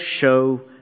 show